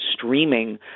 streaming